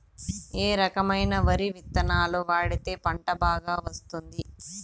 ఏ రకమైన వరి విత్తనాలు వాడితే పంట బాగా వస్తుంది?